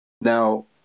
Now